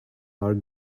are